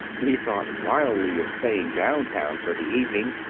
he thought wildly of staying down-town for the evening,